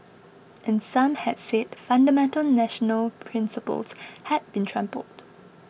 and some had said fundamental national principles had been trampled